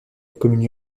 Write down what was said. commune